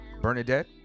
bernadette